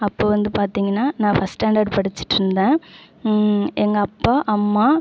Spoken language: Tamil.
அப்போ வந்து பார்த்திங்கனா நான் ஃபர்ஸ்ட் ஸ்டாண்டர்ட் படிச்சிட்டுருந்தன் எங்கள் அப்பா அம்மா